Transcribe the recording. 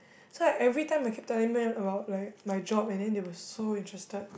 so like every time I keep telling them about like my job and then they were so interested